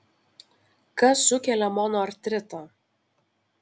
kas sukelia monoartritą